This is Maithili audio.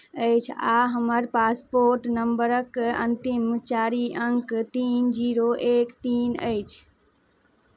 अछि आ हमर पासपोर्ट नम्बरक अन्तिम चारि अङ्क तीन जीरो एक तीन अछि